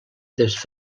des